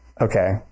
okay